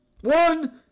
One